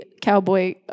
cowboy